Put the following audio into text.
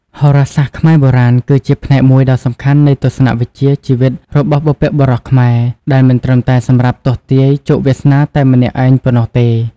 ហោរាសាស្ត្រខ្មែរបុរាណគឺជាផ្នែកមួយដ៏សំខាន់នៃទស្សនៈវិជ្ជាជីវិតរបស់បុព្វបុរសខ្មែរ ដែលមិនត្រឹមតែសម្រាប់ទស្សន៍ទាយជោគវាសនាតែម្នាក់ឯងប៉ុណ្ណោះទេ។